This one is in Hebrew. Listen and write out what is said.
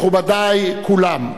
מכובדי כולם,